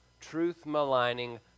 truth-maligning